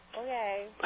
Okay